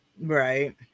Right